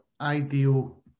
ideal